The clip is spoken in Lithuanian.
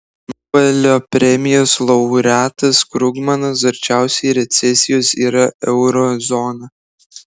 nobelio premijos laureatas krugmanas arčiausiai recesijos yra euro zona